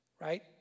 right